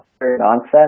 nonsense